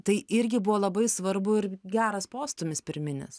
tai irgi buvo labai svarbu ir geras postūmis pirminis